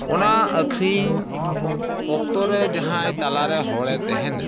ᱚᱱᱟ ᱟᱹᱠᱷᱨᱤᱧ ᱚᱠᱛᱚᱨᱮ ᱡᱟᱦᱟᱸᱭ ᱛᱟᱞᱟᱨᱮ ᱦᱚᱲᱮ ᱛᱮᱦᱮᱱᱟ